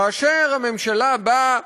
כאשר הממשלה באה